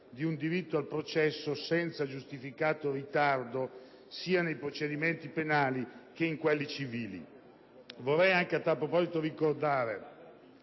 di un diritto al processo «senza giustificato ritardo», sia nei procedimenti penali che in quelli civili. A tal proposito, vorrei